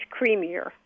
creamier